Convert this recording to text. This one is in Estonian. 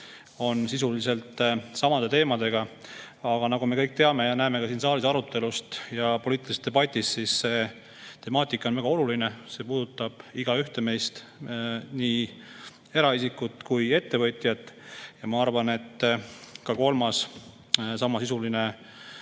on sisuliselt samade teemadega. Aga nagu me kõik teame ja näeme ka siin saalis arutelust ja poliitilisest debatist, on see temaatika väga oluline, see puudutab meist igaühte, nii eraisikut kui ettevõtjat. Ma arvan, et kolmas samasisuline